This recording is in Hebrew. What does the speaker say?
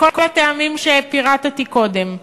מכל הטעמים שפירטתי קודם.